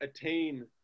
attain